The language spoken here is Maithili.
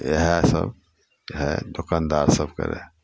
इएहसब हइ दोकनदार सभके